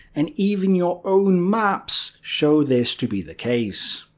and even your own maps show this to be the case.